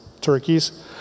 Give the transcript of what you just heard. turkeys